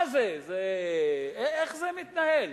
מה זה, איך זה מתנהל?